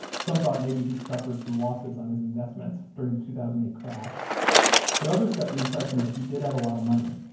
some thought maybe he'd suffered some losses on his investments during the two thousand and eight crash but others got the impression that he did have a lot of money.